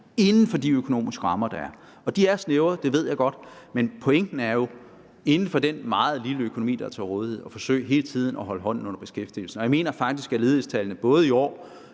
inden for de økonomiske rammer, der er. Og de er snævre, det ved jeg godt, men pointen er jo inden for den meget lille økonomi, der er til rådighed, hele tiden at forsøge at holde hånden under beskæftigelsen. Jeg mener faktisk, at ledighedstallene både i år